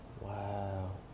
Wow